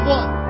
one